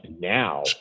now